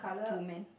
two man